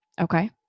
Okay